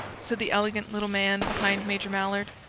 said the elegant little man behind major mallard.